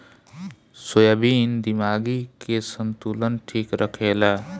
soybean दिमागी के संतुलन ठीक रखेला